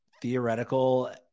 theoretical